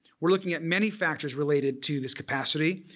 we're looking at many factors related to this capacity.